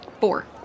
Four